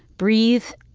breathe,